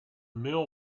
mill